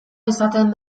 izaten